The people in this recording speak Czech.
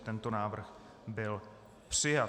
I tento návrh byl přijat.